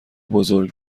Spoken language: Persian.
بزرگ